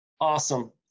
Awesome